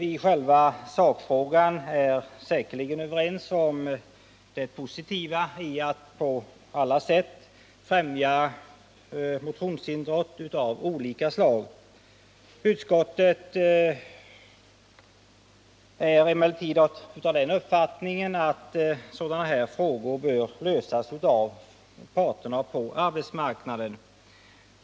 I själva sakfrågan är vi säkerligen överens om det positiva i att på alla sätt främja motionsidrott av olika slag. Utskottet har emellertid uppfattningen att sådana frågor bör lösas av parterna på arbetsmarknaden.